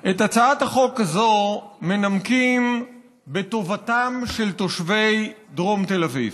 את הצעת החוק הזאת מנמקים בטובתם של תושבי דרום תל אביב,